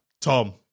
Tom